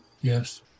yes